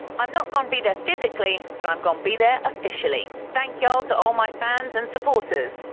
i'm not gon' be there physically but i'm gon' be there officially. thank y'all to all my fans and supporters!